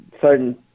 certain